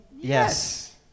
Yes